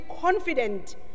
confident